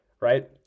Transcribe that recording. right